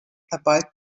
about